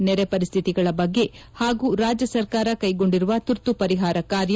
ನೆರೆ ಪರಿಸ್ಥಿತಿಗಳ ಬಗ್ಗೆ ಹಾಗೂ ರಾಜ್ಯ ಸರ್ಕಾರ ಕೈಗೊಂಡಿರುವ ತುರ್ತು ಪರಿಹಾರ ಕಾರ್ಯ